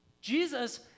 Jesus